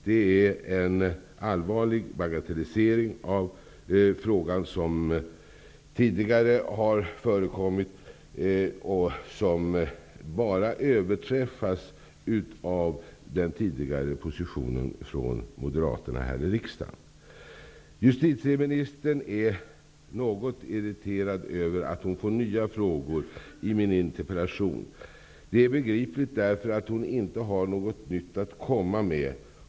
Det är en allvarlig bagatellisering av frågan, som bara överträffas av den tidigare positionen hos Moderaterna här i riksdagen. Justitieministern är något irriterad över att hon får nya frågor i min interpellation. Det är beklagligt, därför att hon har inte något nytt att komma med.